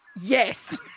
yes